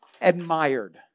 admired